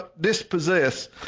dispossess